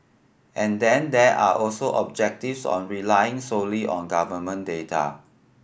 and then there are also objectives on relying solely on government data